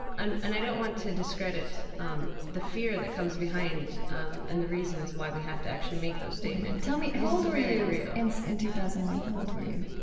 and and i don't want to discredit um the fear that comes behind um and the reasons why we have to actually make those statements tell me, how old were you were you in so in two thousand and one? how old were you?